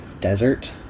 desert